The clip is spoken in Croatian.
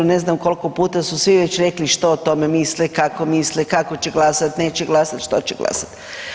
Ne znam koliko puta su svi već rekli što o tome misle, kako misle, kako će glasati, neće glasati, što će glasati.